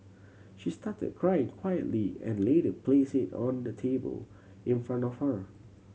she started cry quietly and later placed it on the table in front of her